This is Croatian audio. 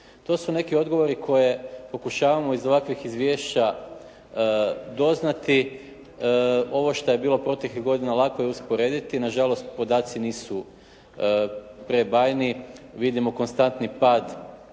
To su neki odgovori koje pokušavamo iz ovakvih izvješća doznati. Ovo što je bilo proteklih godina lako je usporediti. Nažalost podaci nisu prebajni. Vidimo konstantni pad